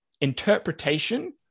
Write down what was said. interpretation